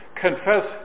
Confess